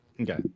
Okay